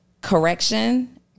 Correction